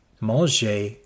manger